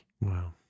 Wow